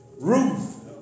Ruth